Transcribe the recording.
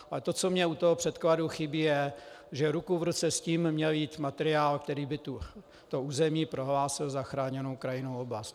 Ale to, co mně u předkladu chybí, je, že ruku v ruce s tím měl jít materiál, který by to území prohlásil za chráněnou krajinnou oblast.